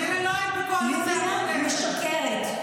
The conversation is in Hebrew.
--- יוליה משקרת.